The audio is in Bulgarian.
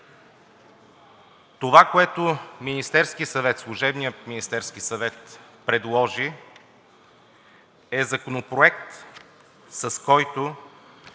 Това, което служебният Министерски съвет предложи, е Законопроект, с който